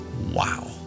Wow